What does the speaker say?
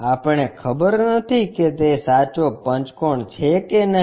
આપણે ખબર નથી કે તે સાચો પંચકોણ છે કે નહીં